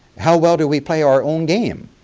how well do we play our own game?